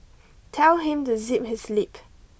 tell him to zip his lip